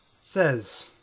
says